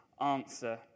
answer